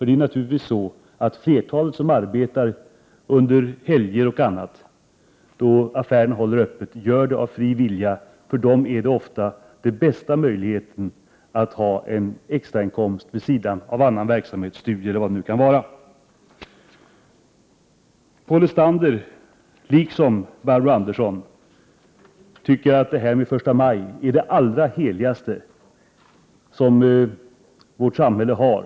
Det är naturligtvis så att flertalet som arbetar under helger och liknande, då affärerna håller öppet, gör det av fri vilja. För dem är det ofta den bästa möjligheten att få en extrainkomst vid sidan av annan verksamhet — studier eller vad det nu kan vara. Paul Lestander liksom Barbro Andersson tycker att första maj är det allra heligaste som vårt samhälle har.